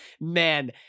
man